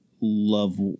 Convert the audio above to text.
love